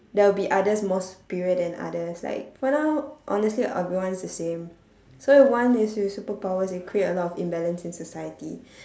there will be others more superior than others like for now honestly everyone's the same so if one with superpowers they create a lot of imbalance in society